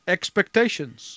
Expectations